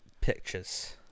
Pictures